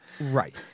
right